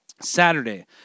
Saturday